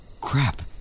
Crap